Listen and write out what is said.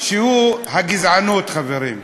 והוא הגזענות, חברים.